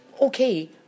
okay